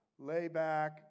layback